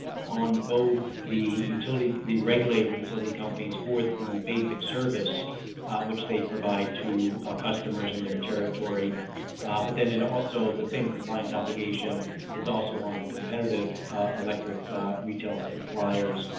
on both the utility, they regulate the utility companies for the basic service which they provide to ah customers in their territory but then it also, the same compliant obligation is also on the competitive electric retail suppliers